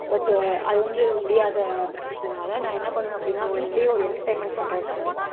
but அதுவந்து முடியாத பட்சத்தினால் நான் என்ன பண்ணுவேன் அப்படின்னா வீட்டிலயே ஒரு என்டர்டெயின்மெண்ட் பண்ணுறதுக்கான்டி